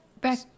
back